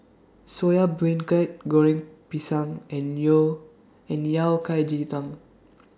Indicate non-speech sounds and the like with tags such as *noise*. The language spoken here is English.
*noise* Soya bring cur Goreng Pisang and *unintelligible* and Yao Cai Ji Tang